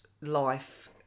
life